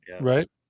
Right